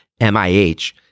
MIH